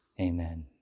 amen